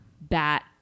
bat